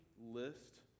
list